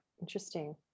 Interesting